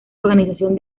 organización